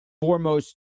foremost